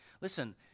Listen